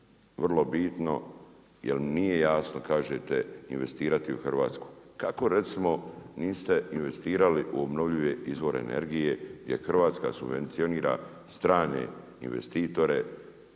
vrlo bitno jer nije jasno, kažete, investirati u Hrvatsku. Kako recimo niste investirali u obnovljive izvore energije, gdje Hrvatska subvencionira strane investitore